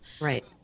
right